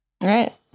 right